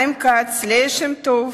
חיים כץ, ליה שמטוב